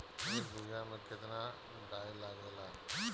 एक बिगहा में केतना डाई लागेला?